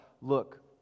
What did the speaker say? look